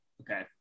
Okay